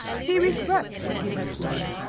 he regrets what he has done.